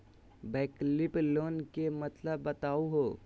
वैकल्पिक लोन के मतलब बताहु हो?